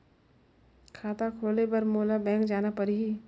खाता खोले बर मोला बैंक जाना परही?